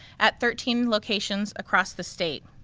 at thirteen locations across the state.